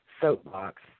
soapbox